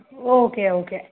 okay okay